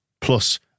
Plus